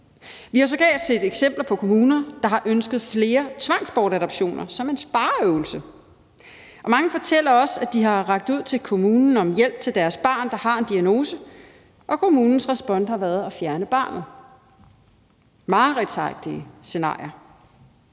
Vi har sågar set eksempler på kommuner, der har ønsket flere tvangsbortadoptioner som en spareøvelse. Mange fortæller også, at de har rakt ud til kommunen efter hjælp til deres barn, der har en diagnose, og kommunens respons har været at fjerne barnet. Mareridtsagtige scenarier.